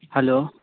hello